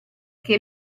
che